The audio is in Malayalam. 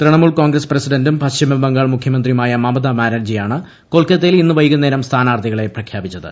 തൃണമൂൽ കോൺഗ്രസ് പ്രസിഡന്റും പശ്ചിമബംഗാൾ മുഖ്യമന്ത്രിയുമായ മമത ബാനർജിയാണ് കൊൽക്കത്തയിൽ ഇന്ന് വൈകുന്നേരം സ്ഥാനാത്ഥികളെ പ്രഖ്യാപിച്ചത്